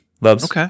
Loves